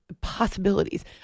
possibilities